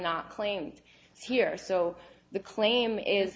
not claimed here so the claim is